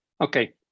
okay